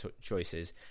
choices